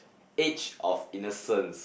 age of innocence